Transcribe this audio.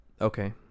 Okay